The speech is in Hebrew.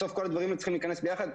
בסוף כל הדברים צריכים להיכנס ביחד.